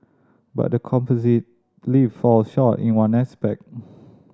but the composite lift falls short in one aspect